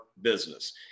business